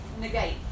negate